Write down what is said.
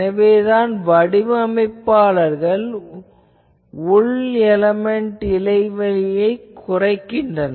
எனவேதான் வடிவமைப்பாளர்கள் உள் எலேமென்ட் இடைவெளியை கொள்கின்றனர்